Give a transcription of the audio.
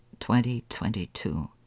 2022